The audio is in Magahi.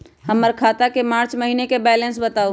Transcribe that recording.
हमर खाता के मार्च महीने के बैलेंस के बताऊ?